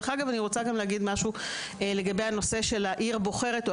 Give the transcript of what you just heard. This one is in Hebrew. אני רוצה גם להגיד משהו גבי בחירה של הרשות או של העיר.